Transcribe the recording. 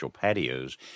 patios